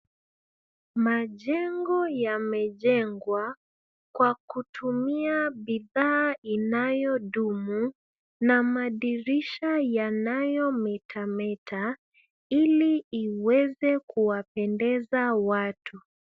Majengo yamejengwa kwa kutumia bidhaa inayodumu, na madirisha yanayometameta ili iweze kuwapendeza watu.